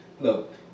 look